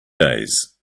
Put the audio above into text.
days